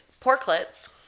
porklets